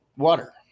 water